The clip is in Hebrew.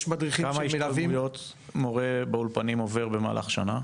כמה השתלמויות למורים מורה עובר במהלך שנה?